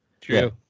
True